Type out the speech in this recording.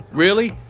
really?